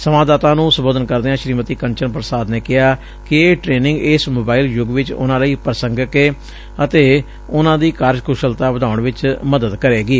ਸੰਵਾਦਦਾਤਾਵਾਂ ਨੂੰ ਸੰਬੋਧਨ ਕਰਦਿਆਂ ਸ੍ਰੀਮਤੀ ਕੰਚਨ ਪ੍ਰਸਾਦ ਨੇ ਕਿਹਾ ਕਿ ਇਹ ਟ੍ਟੇਨਿੰਗ ਇਸ ਮੋਬਾਇਲ ਯੁੱਗ ਵਿਚ ਉਨਾਂ ਲਈ ਪ੍ਸੰਸਿਕ ਏ ਅਤੇ ਉਨਾਂ ਦੀ ਕਾਰਜਕੁਸ਼ਲਤਾ ਵਧਾਉਣ ਵਿਚ ਮਦਦ ਕਰੇਗੀ